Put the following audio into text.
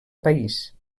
país